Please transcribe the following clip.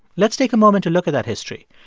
let's take a moment to look at that history.